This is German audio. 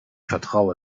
vertraue